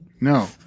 No